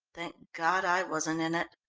thank god i wasn't in it.